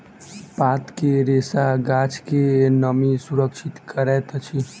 पात के रेशा गाछ के नमी सुरक्षित करैत अछि